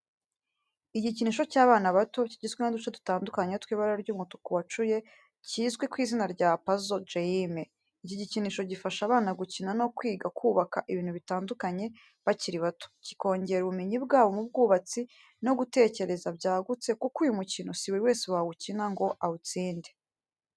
Igikinisho cy’abana bato kigizwe n’uduce dutandukanye tw’ibara ry'umutuku wacuye kizwi ku izina rya pazo geyime. Iki gikinisho gifasha abana gukina no kwiga kubaka ibintu bitandukanye bakiri bato, kikongera ubumenyi bwabo mu bwubatsi no gutekereza byagutse kuko uyu mukino si buri wese wawukina ngo awutsinde.